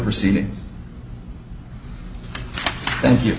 proceedings thank you